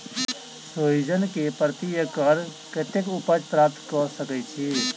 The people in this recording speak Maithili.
सोहिजन केँ प्रति एकड़ कतेक उपज प्राप्त कऽ सकै छी?